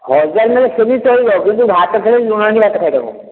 ସେମିତି ଚଳିବ କିନ୍ତୁ ଭାତ ଥିଲେ ଲୁଣ ଆଣିକି ଭାତ ଖାଇଦେବ